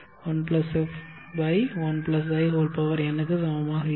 1 f1in க்கு சமமாக இருக்கும்